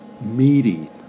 meaty